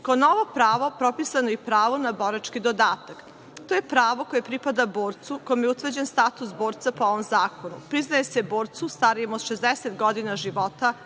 Kao novo pravo propisano je i pravo na borački dodatak. To je pravo koje pripada borcu kojem je utvrđen status borca po ovom zakonu. Priznaje se borcu starijem od 60 godina života,